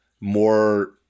more